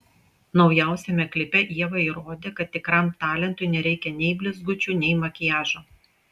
naujausiame klipe ieva įrodė kad tikram talentui nereikia nei blizgučių nei makiažo